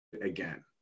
again